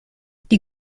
die